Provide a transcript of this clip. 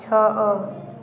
ଛଅ